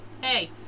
hey